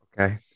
Okay